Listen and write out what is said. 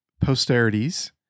posterities